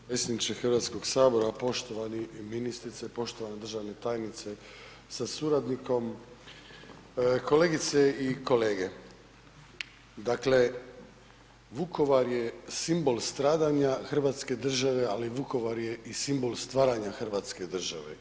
Potpredsjedniče Hrvatskog sabora, poštovani ministrice, poštovana državna tajnice sa suradnikom, kolegice i kolege, dakle Vukovar je simbol stradanja Hrvatske države, ali Vukovar je i simbol stavanja Hrvatske države.